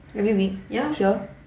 every week here